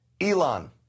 Elon